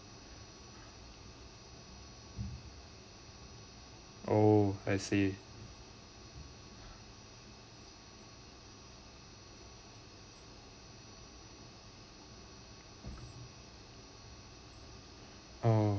oh I see oh